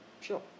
Sure